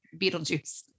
Beetlejuice